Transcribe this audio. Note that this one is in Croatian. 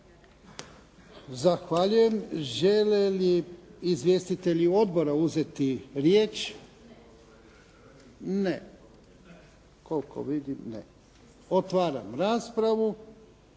Zahvaljujem. Žele li izvjestitelji odbora uzeti riječ? Ne. Koliko vidim ne.